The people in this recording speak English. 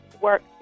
Work